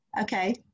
Okay